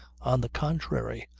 on the contrary.